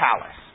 palace